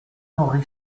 henri